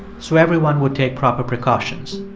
so everyone would take proper precautions.